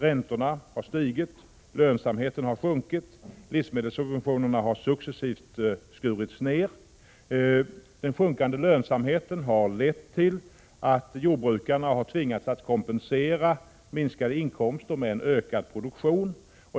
Räntorna har stigit, lönsamheten har sjunkit, livsmedelssubventionerna har successivt skurits ned. Den sjunkande lönsamheten har lett till att jordbrukarna tvingats att kompensera minskade inkomster med ökad produktion.